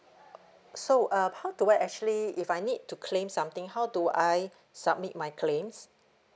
so uh how do I actually if I need to claim something how do I submit my claims